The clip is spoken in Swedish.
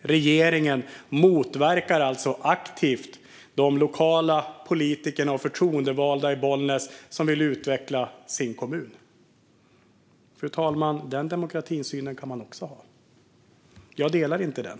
Regeringen motverkar alltså aktivt de lokala politiker och förtroendevalda i Bollnäs som vill utveckla sin kommun. Fru talman! Den demokratisynen kan man också ha. Jag delar inte den.